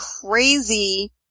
crazy